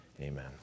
amen